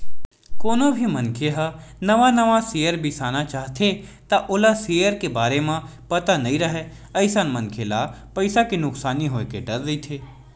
कोनो भी मनखे ह नवा नवा सेयर बिसाना चाहथे त ओला सेयर के बारे म पता नइ राहय अइसन मनखे ल पइसा के नुकसानी होय के डर रहिथे